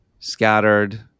Scattered